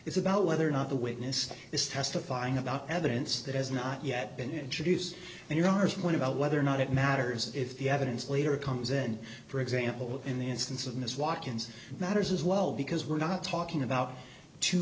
is about whether or not the witness is testifying about evidence that has not yet been introduced and your hours when about whether or not it matters if the evidence later comes in for example in the instance of ms watkins matters as well because we're not talking about two